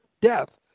death